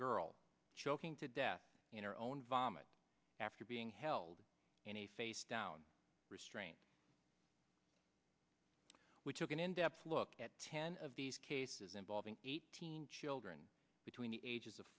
girl choking to death in her own vomit after being held in a face down restraint we took an in depth look at ten of these cases involving eighteen children between the ages of